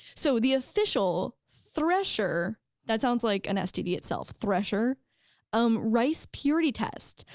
so the official thresher that sounds like an std itself, thresher um rice purity test.